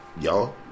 y'all